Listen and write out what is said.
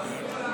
השר זוהר.